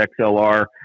XLR